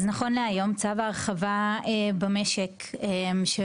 אז נכון להיום צו ההרחבה במשק שמכיל